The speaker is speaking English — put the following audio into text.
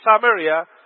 Samaria